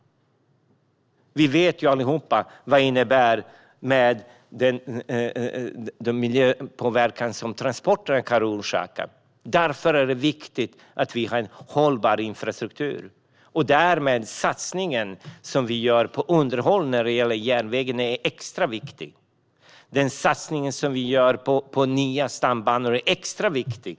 Vi vet alla vilken miljöpåverkan som transporter kan orsaka. Därför är det viktigt med en hållbar infrastruktur. Därmed är satsningen på underhåll av järnvägen extra viktig. Den satsning som vi ska göra på nya stambanor är extra viktig.